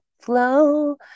flow